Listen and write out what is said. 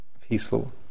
peaceful